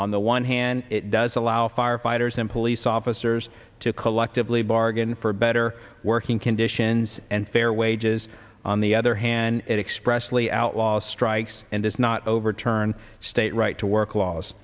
on the one hand it does allow firefighters and police officers to collectively bargain for better working conditions and fair wages on the other hand expressly outlaw strikes and does not overturn state right to work laws